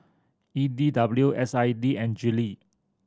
E D W S I D and Gillie